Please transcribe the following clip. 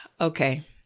Okay